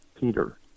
Peter